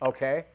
Okay